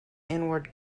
inward